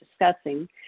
discussing